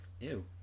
ew